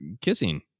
kissing